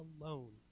alone